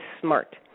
SMART